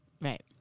Right